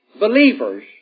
believers